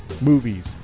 movies